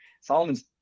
Solomon's